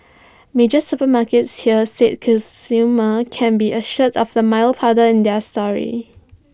major supermarkets here said consumers can be assured of the milo powder in their stores